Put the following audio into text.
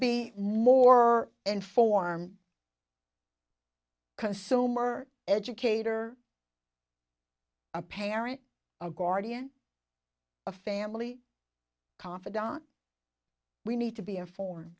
be more informed consumer educator a parent a guardian a family confidant we need to be informed